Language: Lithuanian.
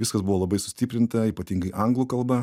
viskas buvo labai sustiprinta ypatingai anglų kalba